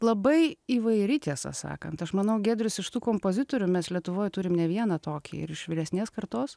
labai įvairi tiesą sakant aš manau giedrius iš tų kompozitorių mes lietuvoj turim ne vieną tokį ir iš vyresnės kartos